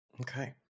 Okay